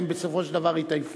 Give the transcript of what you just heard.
הם בסופו של דבר יתעייפו.